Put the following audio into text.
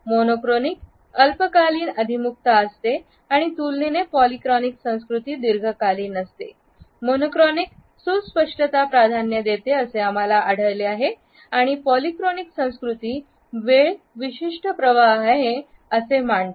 monochronic अल्पकालीन अभिमुखता असते आणि तुलनेने पॉलीक्रॉनिक संस्कृती दीर्घकालीन असते मोनोक्रॉनिक सुस्पष्टता प्राधान्य देते असे आम्हाला आढळले आणि पॉलीक्रॉनिक संस्कृती वेळ विशिष्ट प्रवाह आहे असे म्हणते